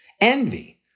Envy